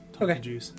Okay